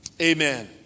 Amen